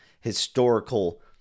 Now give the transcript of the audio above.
historical